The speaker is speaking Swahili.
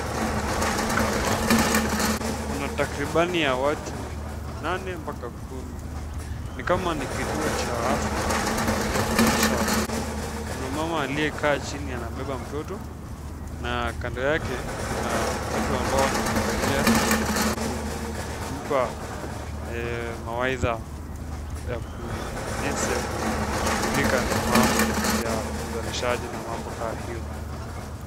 Hapa kuna takribani ya watu nane mpaka kumi ni kama ni kituo cha afya ya kuzalisha watoto ,kuna mama aliyekaa chini anabeba mtoto na kando yake kuna watu ambao wanamwangalia na kumpa mawaidha jinsi ya kushughulika na mambo yao ya uzalishaji na mambo kaa hiyo.